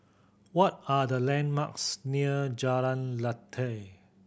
what are the landmarks near Jalan Lateh